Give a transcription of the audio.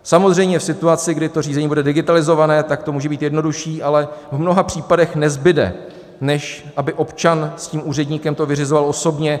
Samozřejmě v situaci, kdy to řízení bude digitalizované, to může být jednodušší, ale v mnoha případech nezbude, než aby to občan s tím úředníkem vyřizoval osobně.